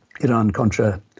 Iran-Contra